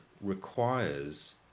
requires